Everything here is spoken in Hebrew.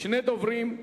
שני דוברים,